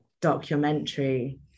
documentary